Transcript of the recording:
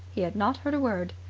he had not heard a word.